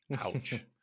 Ouch